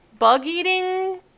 bug-eating